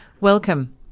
Welcome